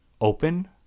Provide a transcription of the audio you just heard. open